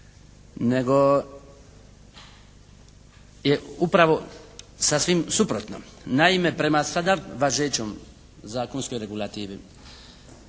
nego je upravo sa svim suprotno. Naime prema sada važećoj zakonskoj regulativi